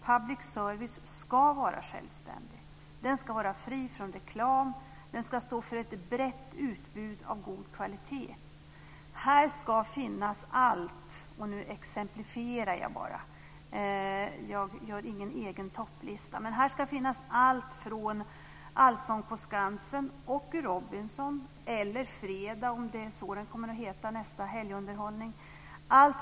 Public service ska vara självständig. Den ska var fri från reklam. Den ska stå för ett brett utbud av god kvalitet. Här ska finnas allt, och nu exemplifierar jag bara. Jag gör ingen egen topplista. Här ska finnas allt från Allsång på Skansen till Robinson, eller Fredag, om det är så nästa helgunderhållning kommer att heta.